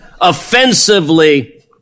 Offensively